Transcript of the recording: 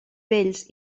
bells